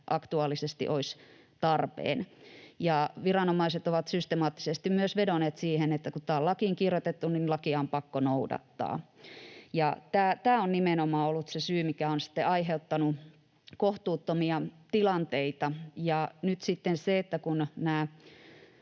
aktuaalisesti olisi tarpeen. Ja viranomaiset ovat systemaattisesti myös vedonneet siihen, että kun tämä on lakiin kirjoitettu, niin lakia on pakko noudattaa. Tämä on nimenomaan ollut se syy, mikä on sitten aiheuttanut kohtuuttomia tilanteita, ja nyt sitten se, kun tämä